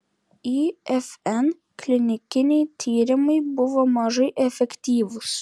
ifn klinikiniai tyrimai buvo mažai efektyvūs